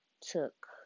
took